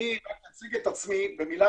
אני אציג את עצמי בקצרה,